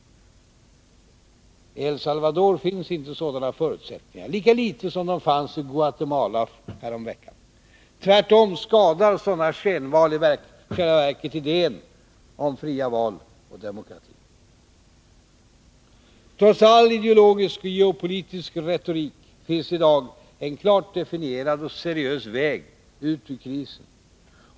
I El Salvador finns inte sådana förutsättningar, lika litet som de fanns i Guatemala häromveckan. Tvärtom skadar sådana skenval i själva verket idén om fria val och demokrati. Trots all ideologisk och geopolitisk retorik, finns det i dag en klart definierad och seriös väg ut ur krisen.